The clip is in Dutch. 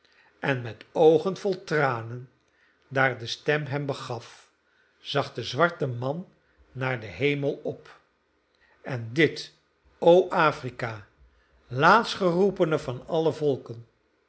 en met oogen vol tranen daar de stem hem begaf zag de zwarte man naar den hemel op en dit o afrika laatst geroepene van alle volken